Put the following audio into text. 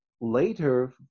later